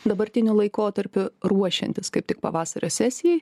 dabartiniu laikotarpiu ruošiantis kaip tik pavasario sesijai